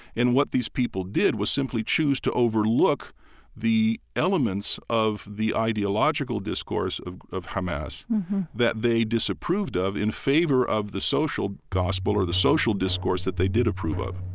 and what these people did was simply choose to overlook the elements of the ideological discourse of of hamas that they disapproved of in favor of the social gospel or the social discourse that they did approve of